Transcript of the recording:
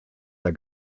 der